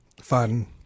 Fun